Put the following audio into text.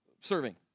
serving